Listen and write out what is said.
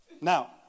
Now